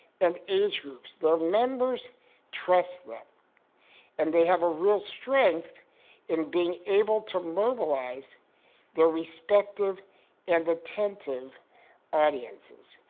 and age groups. their members trust them and they have a real strength in being able to mobilize their respective and attentive audiences,